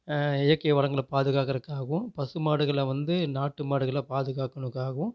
இயற்கை வளங்களில் பாதுகாக்கிறதுக்காகவும் பசு மாடுகளை வந்து நாட்டு மாடுகளை பாதுகாக்கணுக்காகவும்